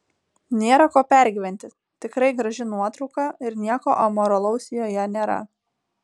nėra ko pergyventi tikrai graži nuotrauka ir nieko amoralaus joje nėra